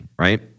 right